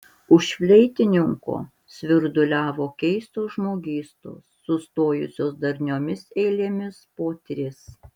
už fleitininko svirduliavo keistos žmogystos sustojusios darniomis eilėmis po tris